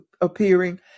appearing